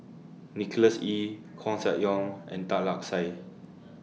Nicholas Ee Koeh Sia Yong and Tan Lark Sye